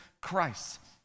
Christ